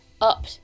up